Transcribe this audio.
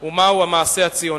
או מהו המעשה הציוני.